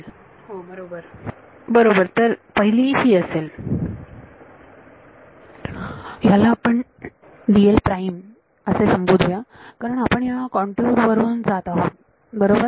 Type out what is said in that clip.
विद्यार्थी होय बरोबर बरोबर तर पहिली ही असेल ह्याला आपण dl प्राईम असे संबोधूया कारण आपण ह्या कंटूर वरून जात आहोत बरोबर